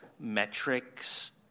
metrics